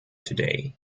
today